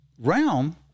realm